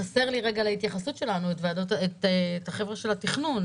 חסר לי להתייחסות שלנו את החבר'ה של התכנון,